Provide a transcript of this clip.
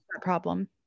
problem